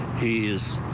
he's.